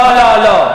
רבותי, נא, לא לא לא.